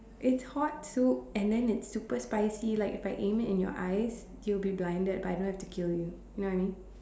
it's hot soup and then it's super spicy like if I aim it in your eyes you will be blinded but I don't have to kill you you know what I mean